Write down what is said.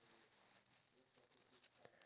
but for example if